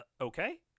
okay